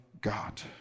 God